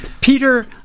Peter